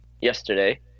yesterday